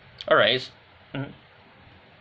alright mmhmm